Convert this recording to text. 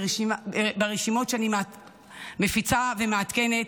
רשימות שאני מפיצה ומעדכנת,